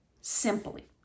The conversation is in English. Simply